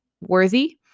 worthy